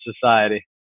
society